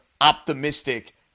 optimistic